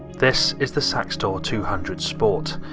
this is the saxdor two hundred sport,